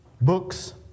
Books